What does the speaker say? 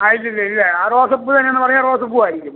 അതിൻ്റെ ബില്ല് ആ റോസപ്പൂ തന്നെ എന്ന് പറയാം റോസപ്പൂ ആയിരിക്കും